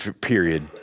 period